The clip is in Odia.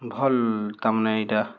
ଭଲ୍ ତା'ମାନେ ଇଟା